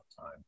time